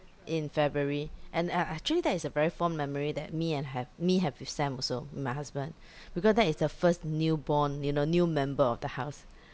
in february and uh actually that is a very fond memory that me and have me have with sam also with my husband because that is the first newborn you know new member of the house